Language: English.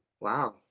Wow